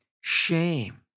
shame